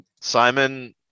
Simon